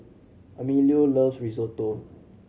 Emilio loves Risotto